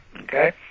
Okay